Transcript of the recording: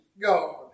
God